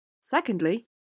Secondly